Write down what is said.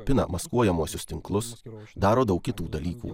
pina maskuojamuosius tinklus daro daug kitų dalykų